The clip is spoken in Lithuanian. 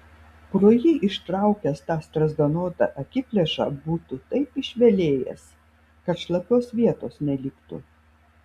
pro jį ištraukęs tą strazdanotą akiplėšą būtų taip išvelėjęs kad šlapios vietos neliktų